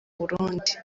burundi